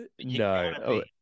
No